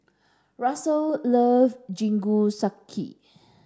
Russel love Jingisukan